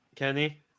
Kenny